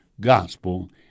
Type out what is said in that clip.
gospel